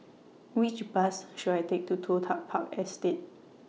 Which Bus should I Take to Toh Tuck Park Estate